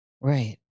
Right